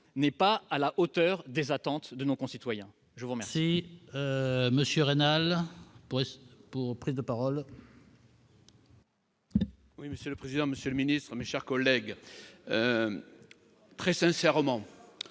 n'est pas à la hauteur des attentes de nos concitoyens. La parole